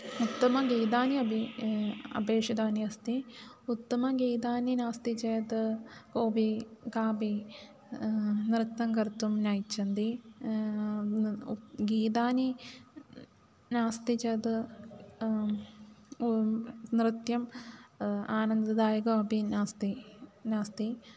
उत्तमगीतानि अपि अपेक्षितानि अस्ति उत्तमगीतानि नास्ति चेत् कोपि कापि नृत्यं कर्तुं न इच्छन्ति उत गीतानि नास्ति चेत् नृत्यम् आनन्ददायकमपि नास्ति नास्ति